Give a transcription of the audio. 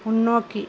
முன்னோக்கி